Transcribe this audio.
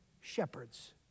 shepherds